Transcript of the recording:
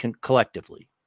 collectively